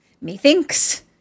methinks